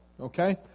okay